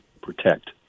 protect